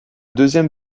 deuxième